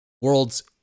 World's